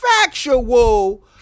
factual